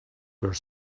were